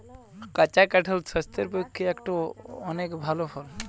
কাঁচা কাঁঠাল স্বাস্থ্যের পক্ষে একটো অনেক ভাল ফল